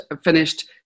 finished